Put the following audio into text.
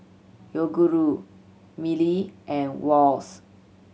Yoguru Mili and Wall's